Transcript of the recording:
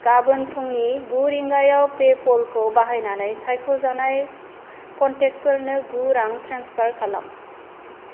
गाबोन फुंनि गु रिंगायाव पेपलखौ बाहायनानै सायख'जानाय कनटेक्टफोरनो गु रां ट्रेन्सफार खालाम